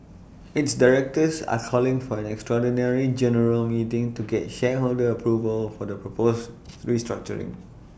its directors are calling for an extraordinary general meeting to get shareholder approval for the proposed restructuring